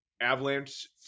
Avalanche